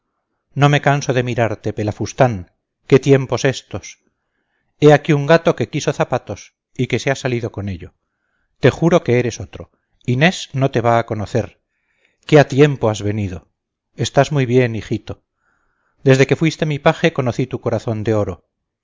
no me canso de mirarte pelafustán qué tiempos estos he aquí un gato que quiso zapatos y que se ha salido con ello te juro que eres otro inés no te va a conocer qué a tiempo has venido estás muy bien hijito desde que fuiste mi paje conocí tu corazón de oro